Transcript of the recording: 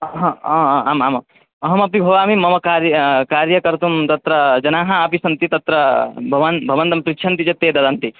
अहम् आ आ आमाम् अहमपि भवामि मम कार्यं कार्यं कर्तुं तत्र जनाः अपि सन्ति तत्र भवान् भवन्तं पृच्छन्ति चेत् ते ददति